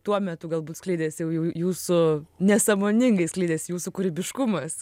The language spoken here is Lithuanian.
tuo metu galbūt skleidėsi jau jūsų nesąmoningai skleidės jūsų kūrybiškumas